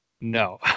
No